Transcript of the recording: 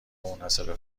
منحصربه